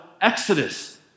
exodus